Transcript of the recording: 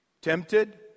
Tempted